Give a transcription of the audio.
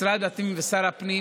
משרד הפנים ושר הפנים